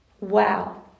Wow